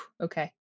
Okay